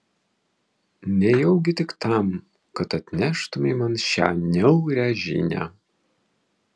nejaugi tik tam kad atneštumei man šią niaurią žinią